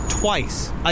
twice